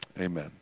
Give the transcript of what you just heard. Amen